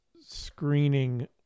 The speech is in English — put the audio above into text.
screening